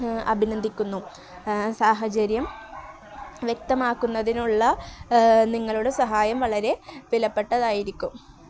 അഭിനന്ദിക്കുന്നു സാഹചര്യം വ്യക്തമാക്കുന്നതിനുള്ള നിങ്ങളുടെ സഹായം വളരെ വിലപ്പെട്ടതായിരിക്കും